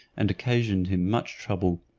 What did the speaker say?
and occasioned him much trouble,